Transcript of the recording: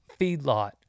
feedlot